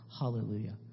hallelujah